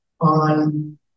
on